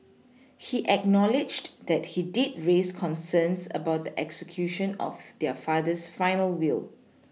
he acknowledged that he did raise concerns about the execution of their father's final will